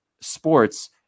sports